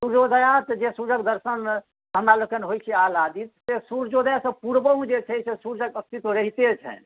सूर्योदयक जे सूरज दर्शनमे हमरा लोकनि होइत छी आह्लादित से सूर्योदयसँ पूर्वहुँ जे छै से सूरजक अस्तित्व रहिते छनि